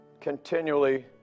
continually